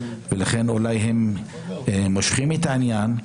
ולכן אולי הם מושכים את העניין,